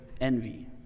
envy